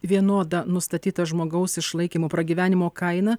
vienoda nustatyta žmogaus išlaikymo pragyvenimo kaina